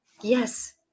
Yes